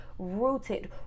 Rooted